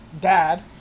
Dad